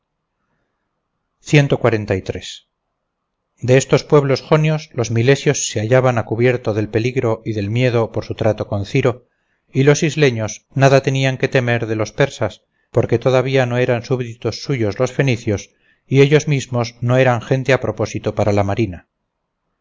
de estos pueblos jonios los milesios se hallaban a cubierto del peligro y del miedo por su trato con ciro y los isleños nada tenían que temer de los persas porque todavía no eran súbditos suyos los fenicios y ellos mismos no eran gente a propósito para la marina